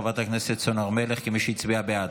תשעה בעד,